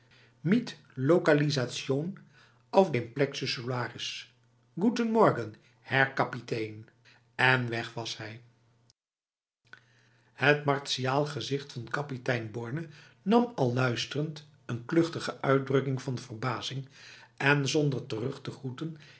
mit lokalisation auf dem plexus solaris guten morgen herr kapitan en weg was hij het martiaal gezicht van kapitein borne nam al luisterend een kluchtige uitdrukking aan van verbazing en zonder terug te groeten